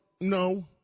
No